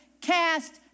cast